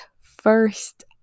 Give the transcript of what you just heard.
first